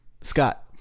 scott